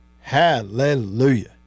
Hallelujah